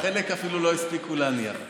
חלק אפילו לא הספיקו להניח.